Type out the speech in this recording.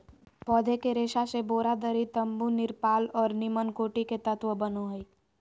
पौधे के रेशा से बोरा, दरी, तम्बू, तिरपाल और निम्नकोटि के तत्व बनो हइ